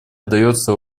отдается